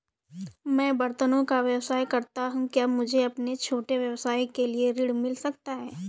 मैं बर्तनों का व्यवसाय करता हूँ क्या मुझे अपने छोटे व्यवसाय के लिए ऋण मिल सकता है?